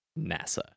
NASA